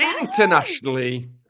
Internationally